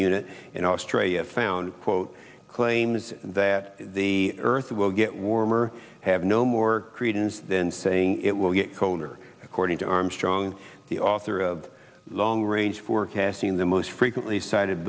unit in australia found quote claims that the earth will get warmer have no more credence than saying it will get colder according to armstrong the author of long range forecasting the most frequently cited